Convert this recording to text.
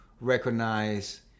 recognize